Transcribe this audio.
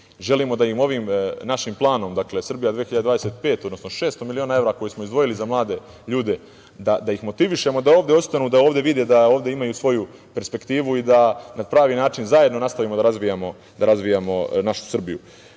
Želimo da ih ovim našim planom Srbija 2025, 600 miliona evra koje smo izdvojili za mlade ljude, motivišemo da ovde ostanu, da vide da ovde imaju svoju perspektivu i da na pravi način zajedno nastavimo da razvijamo našu Srbiju. Takođe,